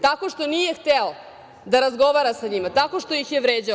Tako što nije hteo da razgovara sa njima, tako što ih je vređao.